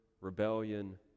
rebellion